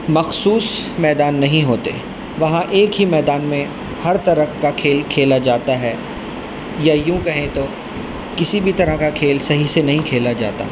مخصوص میدان نہیں ہوتے وہاں ایک ہی میدان میں ہر طرح کا کھیل کھیلا جاتا ہے یا یوں کہیں تو کسی بھی طرح کا کھیل صحیح سے نہیں کھیلا جاتا